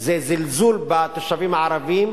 זה זלזול בתושבים הערבים,